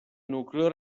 nucleo